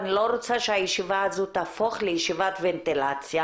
אני לא רוצה שהישיבה הזאת תהפוך לישיבת ונטילציה.